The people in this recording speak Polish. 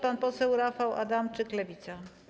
Pan poseł Rafał Adamczyk, Lewica.